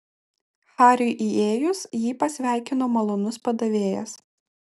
hariui įėjus jį pasveikino malonus padavėjas